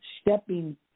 stepping